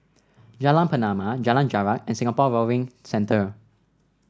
Jalan Pernama Jalan Jarak and Singapore Rowing Centre